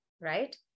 right